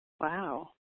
wow